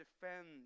defend